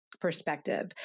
perspective